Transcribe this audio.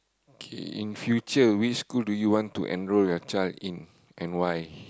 okay in future which school do you want to enroll your child in and why